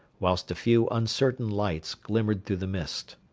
whilst a few uncertain lights glimmered through the mist.